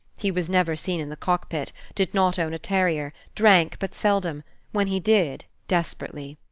he was never seen in the cockpit, did not own a terrier, drank but seldom when he did, desperately.